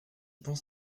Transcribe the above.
pense